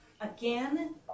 Again